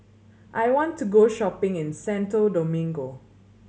I want to go shopping in Santo Domingo